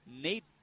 Nate